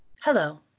Hello